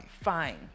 fine